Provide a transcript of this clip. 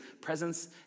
presence